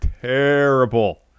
Terrible